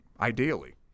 ideally